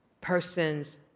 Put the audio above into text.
persons